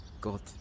God